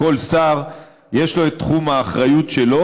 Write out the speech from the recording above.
כל שר יש לו את תחום האחריות שלו,